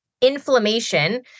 Inflammation